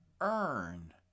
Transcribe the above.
earn